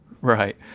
right